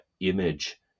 image